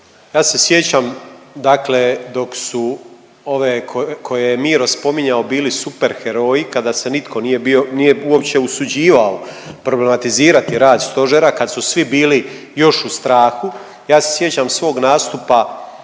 Ja se sjećam, dakle dok su ove koje je Miro spominjao bili super heroji kada se nitko nije, nije uopće usuđivao problematizirati rad Stožera, kad su svi bili još u strahu. Ja se sjećam svog nastupa